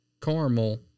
caramel